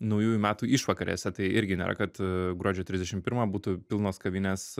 naujųjų metų išvakarėse tai irgi nėra kad gruodžio trisdešim pirmą būtų pilnos kavinės